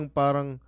parang